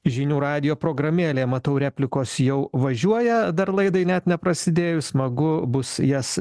žinių radijo programėlėj matau replikos jau važiuoja dar laidai net neprasidėjus smagu bus jas